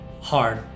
hard